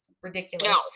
ridiculous